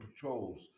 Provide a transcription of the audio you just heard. patrols